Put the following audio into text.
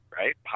right